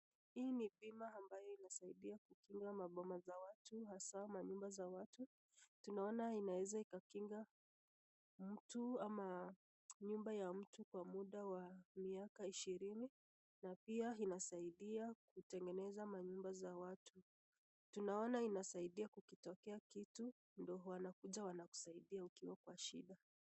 Hii ni bima ambayo inasaidia kuchunga maboma za watu hasa manyumba za watu. Tunaona inaeza ika kinga mtu ama nyumba ya mtu kwa muda wa miaka ishirini na pia inasaidia kutengeneza manyumba za watu. Tunaona inasaidia kukitokea kitu ndo wanakuja wanakusaidia ukiwa kwa shida.